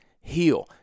heal